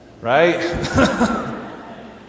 right